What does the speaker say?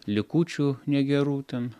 likučių negerų ten